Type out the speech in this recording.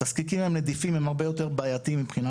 תזקיקים הם נדיפים והם הרבה יותר בעייתיים מבחינה